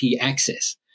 access